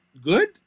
good